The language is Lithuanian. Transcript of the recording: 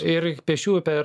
ir pėsčiųjų per